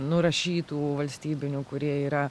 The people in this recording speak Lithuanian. nurašytų valstybinių kurie yra